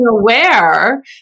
aware